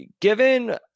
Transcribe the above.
given